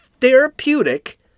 therapeutic